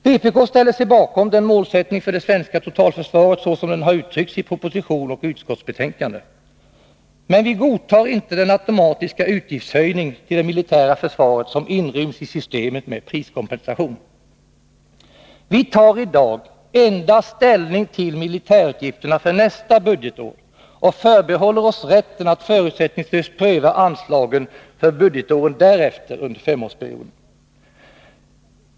Vpk ställer sig bakom målsättningen för det svenska totalförsvaret som den uttryckts i proposition och utskottsbetänkande. Men vi godtar inte den automatiska utgiftshöjning till det militära försvaret som inryms i systemet med priskompensation. Vi tar i dag endast ställning till militärutgifterna för nästa budgetår och förbehåller oss rätten att förutsättningslöst pröva anslagen för budgetåren därefter under femårsperioden.